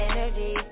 Energy